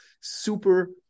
super